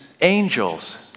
angels